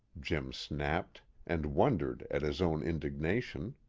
jim snapped, and wondered at his own indignation.